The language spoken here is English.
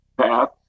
path